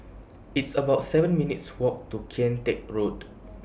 It's about seven minutes' Walk to Kian Teck Road